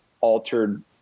altered